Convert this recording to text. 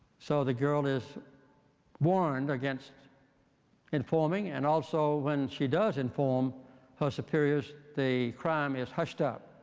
so the girl is warned against informing. and also when she does inform her superiors, the crime is hushed up.